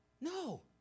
No